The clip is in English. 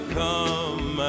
come